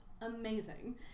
amazing